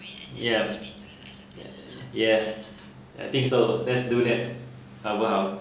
ya ya I think so let's do that 好不好